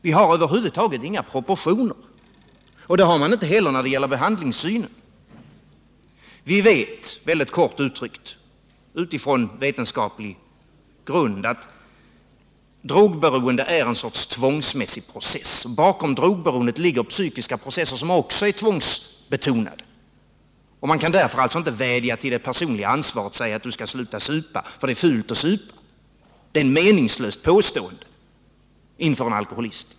Vi har över huvud taget inga proportioner, och det har man inte heller när det gäller behandlingssynen. Vi vet, mycket kort uttryckt, utifrån vetenskaplig grund att drogberoende är en sorts tvångsmässig process. Bakom drogberoendet ligger psykiska processer som också är tvångsbetonade. Man kan därför inte vädja till det personliga ansvaret och säga: Du skall sluta supa, för det är fult att supa. Det är ett meningslöst påstående inför en alkoholist.